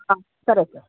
సరే సార్